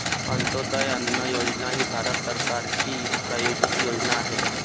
अंत्योदय अन्न योजना ही भारत सरकारची प्रायोजित योजना आहे